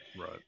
Right